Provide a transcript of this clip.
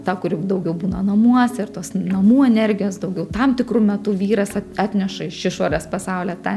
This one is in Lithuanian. ta kuri daugiau būna namuose ir tos namų energijos daugiau tam tikru metu vyras atneša iš išorės pasaulio tą